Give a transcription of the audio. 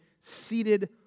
seated